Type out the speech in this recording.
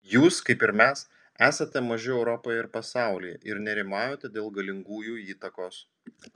jūs kaip ir mes esate maži europoje ir pasaulyje ir nerimaujate dėl galingųjų įtakos